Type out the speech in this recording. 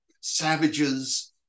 savages